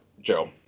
Joe